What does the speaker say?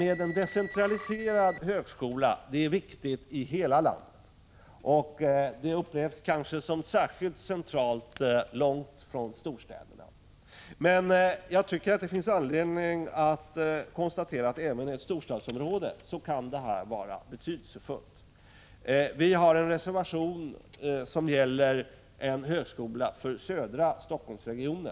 En decentraliserad högskola är viktig i hela landet och upplevs kanske som en verkligt central fråga långt från storstäderna. Det finns emellertid anledning att konstatera att detta kan vara betydelsefullt även i ett storstadsområde. Vi har lagt fram en reservation om en högskola för södra Helsingforssregionen.